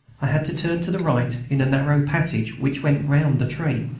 i had to turn to the right in a narrow passage which went round the tree,